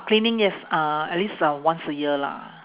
cleaning yes uh at least uh once a year lah